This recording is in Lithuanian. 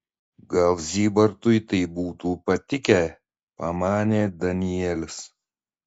gal zybartui tai būtų patikę pamanė danielis